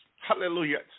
Hallelujah